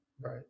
Right